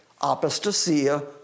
Apostasia